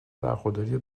برخورداری